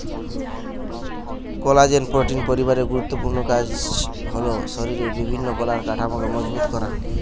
collagen protein পরিবারের গুরুত্বপূর্ণ কাজ হল শরিরের বিভিন্ন কলার কাঠামোকে মজবুত করা